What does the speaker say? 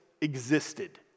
existed